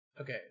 Okay